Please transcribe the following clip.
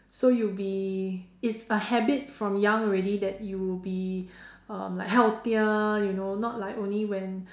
so you'll be it's a habit from young already that you'll be um like healthier you know not like only when